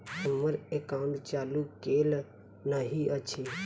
हम्मर एकाउंट चालू केल नहि अछि?